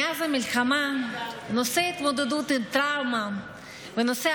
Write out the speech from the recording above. מאז המלחמה נושא ההתמודדות עם טראומה ונושא